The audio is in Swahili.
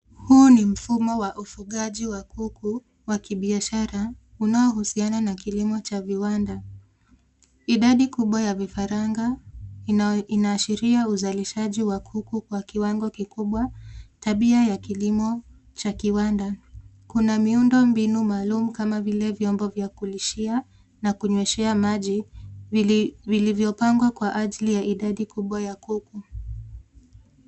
Huu ni mfumo wa ufugaji wa kuku wa kibiashara unaohusiana na kilimo cha viwanda. Idadi kubwa ya vifaranga inayo- inaashiria uzalishaji wa kuku kwa kiwango kikubwa; tabia ya kilimo cha kiwanda. Kuna miundombinu maalum kama vile vyombo vya kulishia na kunyweshea maji vili- vilivyopangwa kwa ajili ya idadi kubwa ya kuku.